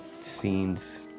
scenes